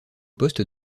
poste